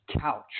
couch